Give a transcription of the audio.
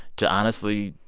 to, honestly,